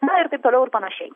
na ir taip toliau ir panašiai